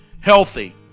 healthy